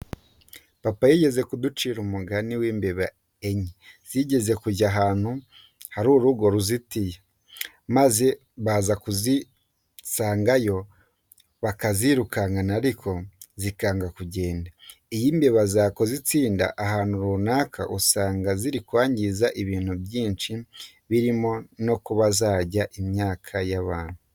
Papa yigeze kuducira umugani w'imbeba enye zigeze kujya ahantu hari urugo ruzitiye, maze bakaza kuzisangayo bakazirukankana ariko zikanga kugenda. Iyo imbeba zakoze itsinda ahantu runaka usanga ziri kwangiza ibintu byinshi birimo no kuba zarya imyaka y'abantu.